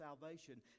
salvation